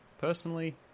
Personally